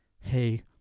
hey